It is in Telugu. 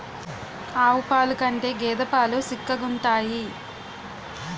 ఆవు పాలు కంటే గేద పాలు సిక్కగుంతాయి